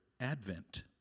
advent